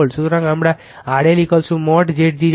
সুতরাং আমরা RLmod Zg জানি